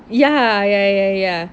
ya ya ya ya